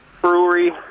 brewery